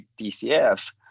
DCF